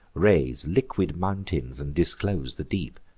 raise liquid mountains, and disclose the deep.